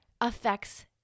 affects